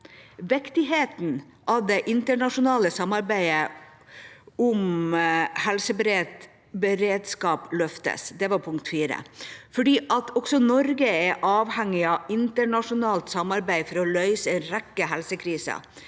Viktigheten av det internasjonale samarbeidet om helseberedskap løftes, for også Norge er avhengig av internasjonalt samarbeid for å løse en rekke helsekriser.